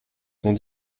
sont